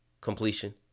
completion